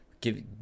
Give